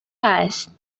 است